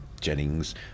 Jennings